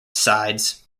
sides